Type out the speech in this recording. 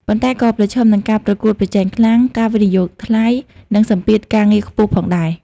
ប៉ុន្តែក៏ប្រឈមនឹងការប្រកួតប្រជែងខ្លាំង ការវិនិយោគថ្លៃ និងសម្ពាធការងារខ្ពស់ផងដែរ។